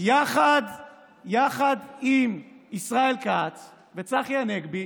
-- יחד עם ישראל כץ וצחי הנגבי,